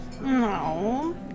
No